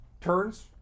Turns